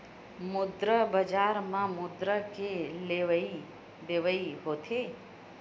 मुद्रा बजार म मुद्रा के लेवइ देवइ होथे